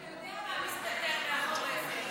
אתה יודע מה מסתתר מאחורי זה,